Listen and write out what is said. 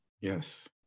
Yes